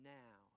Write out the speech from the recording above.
now